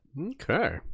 Okay